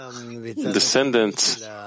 descendants